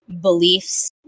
beliefs